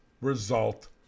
result